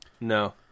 No